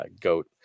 goat